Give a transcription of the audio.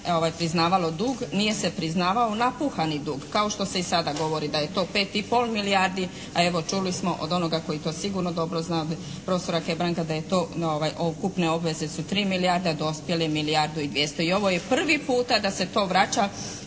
priznavalo dug. Nije se priznavao napuhani dug. Kao što se i sada govori da je to pet i pol milijardi, a evo čuli smo od onoga koji to sigurno dobro znade profesora Hebranga da je to, ukupne obveze su 3 milijarde a dospjeli milijardu i 200. I ovo je prvi puta da se to vraća